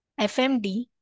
FMD